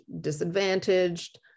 disadvantaged